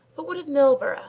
but what of milburgh,